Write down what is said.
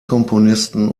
komponisten